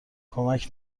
کمک